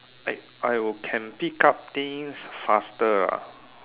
like I will can pick up things faster ah